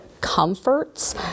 comforts